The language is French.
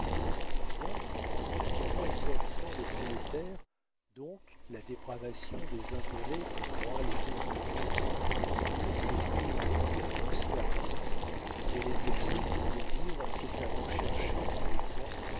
donc le mouvement exorbitant des prolétaires donc la dépravation des intérêts qui broient les deux bourgeoisies donc les cruautés de la pensée artiste et les excès du plaisir incessamment cherché par les grands